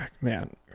man